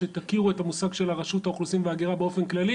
שתכירו את המושג של רשות האוכלוסין וההגירה באופן כללי